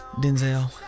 Denzel